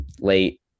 late